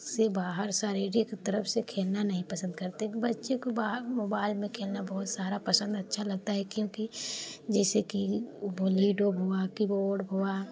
से बाहर शारीरिक तरफ से खेलना नहीं पसंद करते ब बच्चे को बाहर मोबाइल में खेलना बहुत सारा पसंद अच्छा लगता है क्योंकि जैसे कि बॉलीडोब हुआ किबोर्ड हुआ